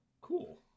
Cool